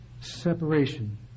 separation